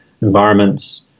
environments